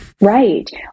Right